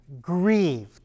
grieved